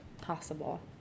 possible